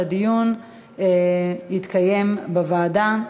כדי לאשר שהדיון יתקיים בוועדה.